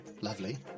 lovely